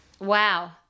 Wow